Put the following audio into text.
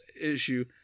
issue